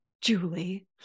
Julie